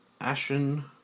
Ashen